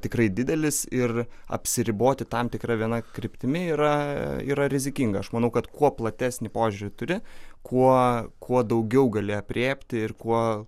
tikrai didelis ir apsiriboti tam tikra viena kryptimi yra yra rizikinga aš manau kad kuo platesnį požiūrį turi kuo kuo daugiau gali aprėpti ir kuo